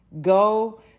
go